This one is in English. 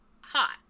hot